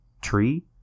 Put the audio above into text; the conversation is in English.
tree